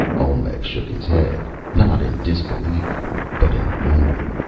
olmec shook his head, not in disbelief but in wonder.